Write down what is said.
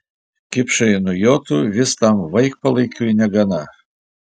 kipšai nujotų vis tam vaikpalaikiui negana